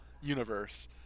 universe